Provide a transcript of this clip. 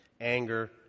anger